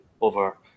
over